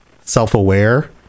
self-aware